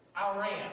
Iran